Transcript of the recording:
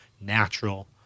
natural